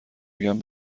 میگن